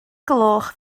gloch